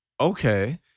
Okay